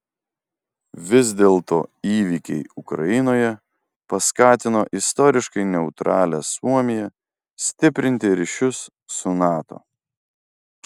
vis dėlto įvykiai ukrainoje paskatino istoriškai neutralią suomiją stiprinti ryšius su nato